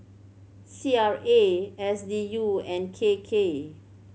C R A S D U and K K